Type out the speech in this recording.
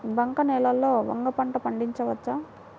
బంక నేలలో వంగ పంట పండించవచ్చా?